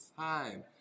time